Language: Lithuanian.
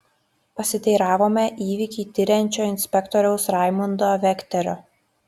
pasiteiravome įvykį tiriančio inspektoriaus raimundo vekterio